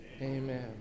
amen